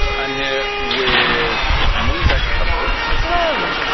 i'm here with emily peck of huff post. hello.